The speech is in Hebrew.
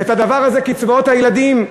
ואת הדבר הזה, קצבאות הילדים,